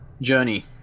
Journey